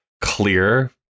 clear